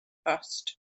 bost